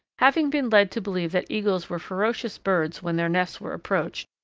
having been led to believe that eagles were ferocious birds when their nests were approached,